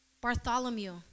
Bartholomew